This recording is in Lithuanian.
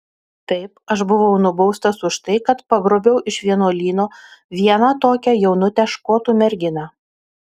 taip aš buvau nubaustas už tai kad pagrobiau iš vienuolyno vieną tokią jaunutę škotų merginą